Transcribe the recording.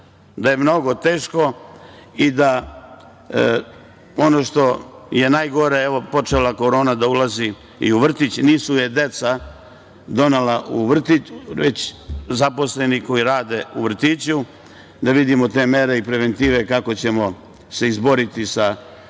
da je mnogo teško. Ono što je najgore, počela je korona da ulazi u vrtić. Nisu je deca donela u vrtić već zaposleni koji rade u vrtiću. Da vidimo te mere i preventive kako ćemo se izboriti sa vrtićima,